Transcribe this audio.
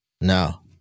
No